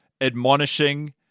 admonishing